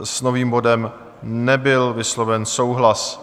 S novým bodem nebyl vysloven souhlas.